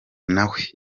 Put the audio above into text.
nawe